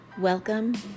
welcome